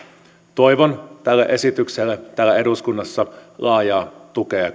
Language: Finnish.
toivon tälle esitykselle täällä eduskunnassa laajaa tukea ja